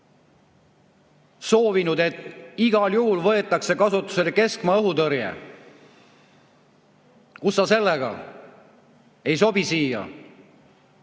soovinud, et igal juhul võetaks kasutusele keskmaa õhutõrje. Kus sa sellega! Ei sobi siia.